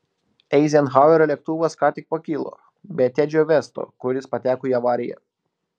eizenhauerio lėktuvas ką tik pakilo be tedžio vesto kuris pateko į avariją